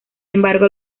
embargo